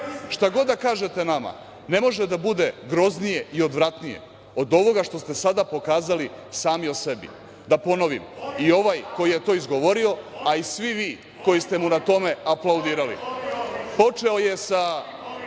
Šta god da kažete nama ne može da bude groznije i odvratnije od ovoga što ste sada pokazali sami o sebi. Da ponovim, i ovaj koji je to izgovorio, a i svi vi koji ste mu na tome aplaudirali, počeo je sa